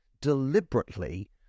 deliberately